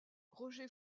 roger